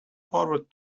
forward